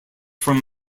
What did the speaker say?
from